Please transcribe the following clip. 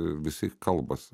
visi kalbasi